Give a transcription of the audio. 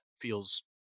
feels